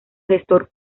gestor